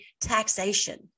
taxation